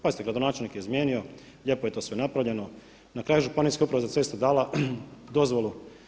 Pazite gradonačelnik je izmijenio, lijepo je to sve napravljeno. na kraju je Županijska uprava za ceste dala dozvolu.